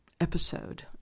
episode